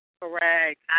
Correct